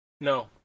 No